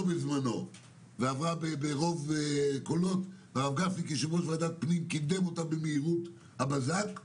והרב גפני קידם אותה במהירות בוועדת הפנים,